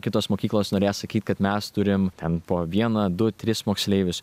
kitos mokyklos norėjo sakyti kad mes turim ten po vieną du tris moksleivius